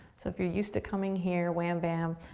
so if you're used to coming here, wham bam,